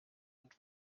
und